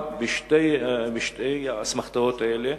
גם בשתי האסמכתאות האלה,